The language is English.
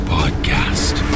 Podcast